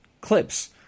clips